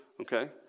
Okay